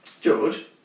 George